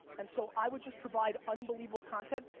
and so i would just provide unbelievable content,